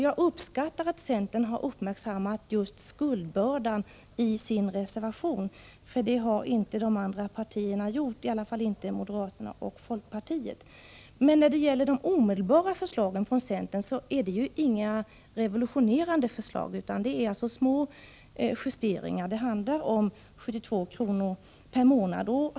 Jag uppskattar att centern har uppmärksammat just skuldbördan i sin reservation. Det har inte de andra partierna gjort —i alla fall inte moderaterna och folkpartiet. Men de omedelbara förslagen från centern är inte revolutionerande. Det är fråga om små justeringar — 72 kr. per månad.